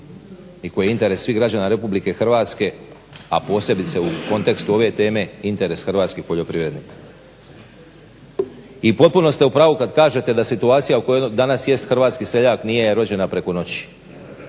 i koji je interes svih građana RH, a posebice u kontekstu ove teme interes hrvatskih poljoprivrednika. I potpuno ste u pravu kad kažete da situacija u kojoj danas jeste hrvatski seljak nije rođena preko noći,